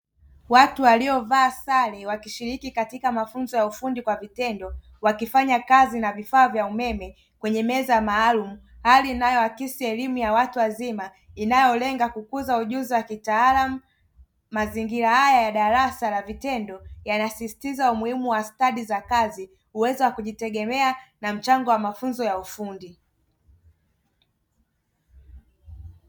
Watu waliyovaa sare wakishiriki katika mafunzo ya ufundi kwa vitendo wakifanya kazi na vifaa vya umeme kwenye meza maalumu. Hali inayoakisi elimu ya watu wazima inayolenga kukuza ujuzi wa kitaalamu, mazingira haya ya darasa la vitendo yanasisitiza umuhimu wa stadi za kazi kuweza kujitegemea na mchango wa mafunzo ya ufundi.